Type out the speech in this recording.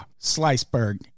Sliceberg